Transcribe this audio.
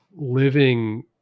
living